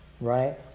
Right